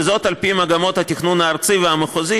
וזאת על פי מגמות התכנון הארצי והמחוזי